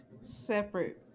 Separate